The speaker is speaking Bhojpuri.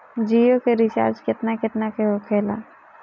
जियो के रिचार्ज केतना केतना के होखे ला?